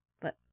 But